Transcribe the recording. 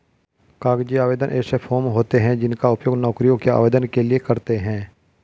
कागजी आवेदन ऐसे फॉर्म होते हैं जिनका उपयोग नौकरियों के आवेदन के लिए करते हैं